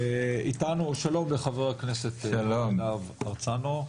ואיתנו חה"כ יוראי להב-הרצנו.